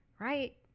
Right